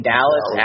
Dallas